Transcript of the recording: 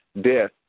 death